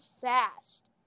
fast